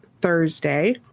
Thursday